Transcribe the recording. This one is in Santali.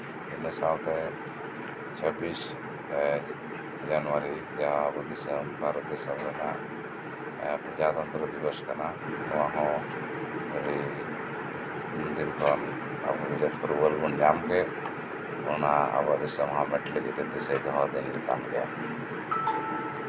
ᱤᱱᱟᱹ ᱥᱟᱶᱛᱮ ᱪᱷᱟᱵᱵᱤᱥ ᱡᱟᱱᱩᱣᱟᱨᱤ ᱟᱱ ᱟᱵᱚ ᱵᱷᱟᱨᱚᱛ ᱫᱤᱥᱚᱢ ᱨᱮᱱᱟᱜ ᱮᱸᱜ ᱯᱨᱚᱡᱟᱛᱚᱱᱛᱨᱚ ᱫᱤᱵᱚᱥ ᱠᱟᱱᱟ ᱮᱸᱜ ᱱᱚᱣᱟ ᱦᱚᱸ ᱟᱹᱰᱤ ᱩᱱᱫᱤᱱ ᱠᱷᱚᱱ ᱟᱵᱚ ᱡᱟᱦᱟᱸ ᱯᱷᱩᱨᱜᱟᱹᱞ ᱵᱚᱱ ᱧᱟᱢ ᱞᱮᱫ ᱱᱚᱣᱟ ᱵᱷᱟᱨᱚᱛ ᱫᱤᱥᱚᱢ ᱦᱟᱢᱮᱴ ᱞᱟᱹᱜᱤᱫ ᱛᱮ ᱫᱤᱥᱟᱹ ᱫᱚᱦᱚᱭ ᱫᱤᱱ ᱠᱟᱱ ᱜᱮᱭᱟ